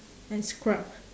and scrub